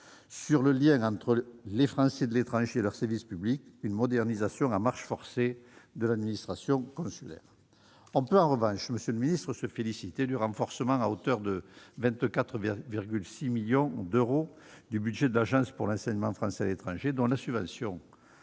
sur le lien entre les Français de l'étranger et leurs services publics une modernisation à marche forcée de l'administration consulaire. On peut en revanche se féliciter du renforcement, à hauteur de 24,6 millions d'euros, du budget de l'Agence pour l'enseignement français à l'étranger, dont la subvention